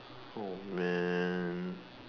oh man